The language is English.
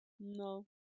No